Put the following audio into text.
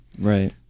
Right